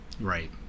Right